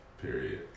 period